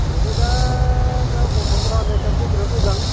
बेबो दा दा गथ'फोरा होन्नाय हिसाबाथ' बिराथ मोजां